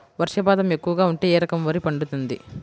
వర్షపాతం ఎక్కువగా ఉంటే ఏ రకం వరి పండుతుంది?